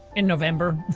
in november.